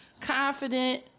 confident